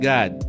God